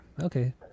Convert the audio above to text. okay